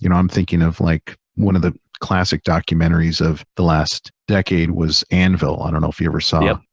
you know i'm thinking of like, one of the classic documentaries of the last decade was anvil. i don't know if you ever saw, yeah